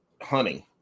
hunting